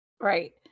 right